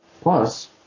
Plus